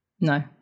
No